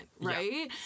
right